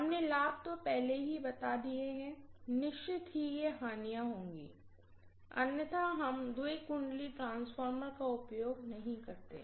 हमने लाभ तो पहले ही बता दिए हैं निश्चित ही ये हांनियाँ होंगी अन्यथा हम द्वी वाइंडिंग ट्रांसफार्मर का उपयोग नहीं करते